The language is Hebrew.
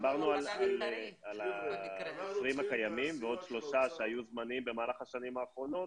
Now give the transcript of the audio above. דיברנו על ה-20 הקיימים ועוד שלושה שהיו זמניים במהלך השנים האחרונות,